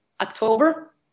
October